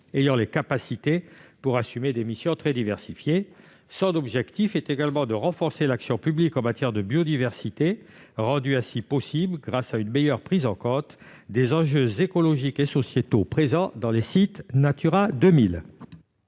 ayant les capacités pour assumer des missions très diversifiées. Son objectif est également de renforcer l'action publique en matière de biodiversité grâce à une meilleure prise en compte des enjeux écologiques et sociétaux présents dans les sites Natura 2000.